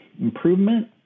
improvement